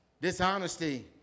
Dishonesty